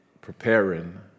preparing